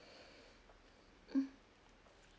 um